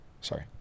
Sorry